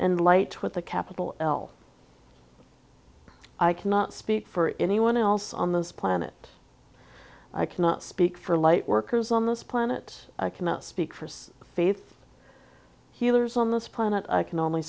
and light with a capital l i cannot speak for anyone else on this planet i cannot speak for lightworkers on this planet i cannot speak for faith healers on this planet i can only